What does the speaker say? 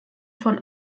von